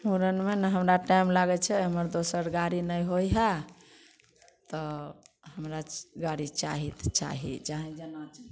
मुड़नमे नहि हमरा टाइम लागय छै हमरा दोसर गाड़ी नहि होइ हइ तऽ हमरा गाड़ी चाही तऽ चाही चाहे जेनाके हुअए